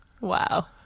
Wow